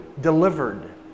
delivered